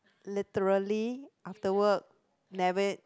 literally after work